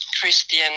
Christian